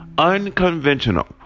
unconventional